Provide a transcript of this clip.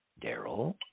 daryl